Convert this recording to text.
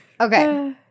Okay